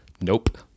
Nope